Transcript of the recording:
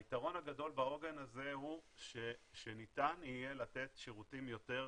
היתרון הגדול בעוגן הזה הוא שניתן יהיה לתת שירותים יותר,